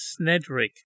Snedrick